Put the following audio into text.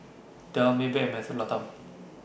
Dell Maybank and Mentholatum